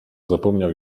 zapomniał